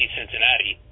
Cincinnati